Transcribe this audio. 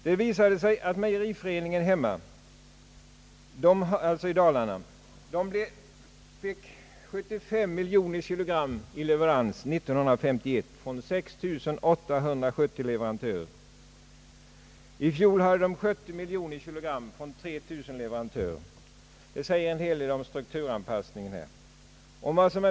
Det visade sig att mejeriföreningen hemma i Dalarna år 1951 fick 75 miljoner kilo mjölk från 6 870 leverantörer. I fjol fick föreningen 70 miljoner kilo från 3 000 leverantörer. Det säger en hel del om strukturanpassningen.